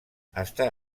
està